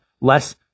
less